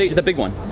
ah the big one.